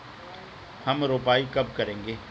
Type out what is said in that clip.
हम रोपाई कब करेंगे?